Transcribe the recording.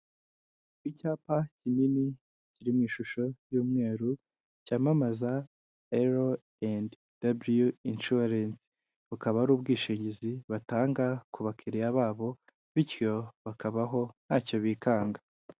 Icyapa kinini kirimo ishusho y'umweru cyamamaza ero andi daburiyu inshuwarense. bukaba ari ubwishingizi batanga ku bakiriya babo, bityo bakabaho ntacyo bikanga.